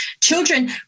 children